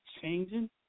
changing